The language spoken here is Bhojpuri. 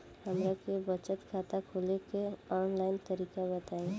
हमरा के बचत खाता खोले के आन लाइन तरीका बताईं?